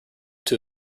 too